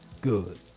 Good